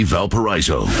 Valparaiso